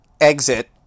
exit